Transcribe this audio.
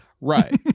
Right